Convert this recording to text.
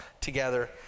together